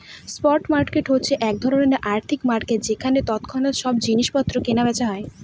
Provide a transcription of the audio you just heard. spot market হচ্ছে এক ধরনের আর্থিক মার্কেট যেখানে তৎক্ষণাৎ সব জিনিস পত্র কেনা বেচা হয়